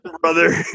brother